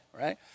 right